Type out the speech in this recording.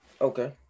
okay